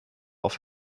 auf